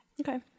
Okay